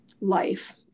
life